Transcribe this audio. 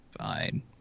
Fine